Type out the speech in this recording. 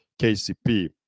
KCP